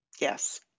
yes